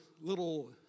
little